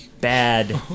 bad